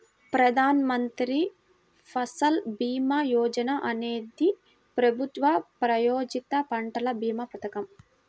ప్రధాన్ మంత్రి ఫసల్ భీమా యోజన అనేది ప్రభుత్వ ప్రాయోజిత పంటల భీమా పథకం